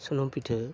ᱥᱩᱱᱩᱢ ᱯᱤᱴᱷᱟᱹ